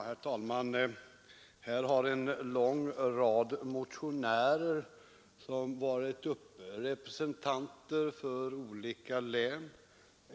Herr talman! Här har en lång rad motionärer varit uppe, representanter för olika län.